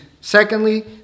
Secondly